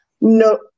No